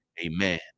amen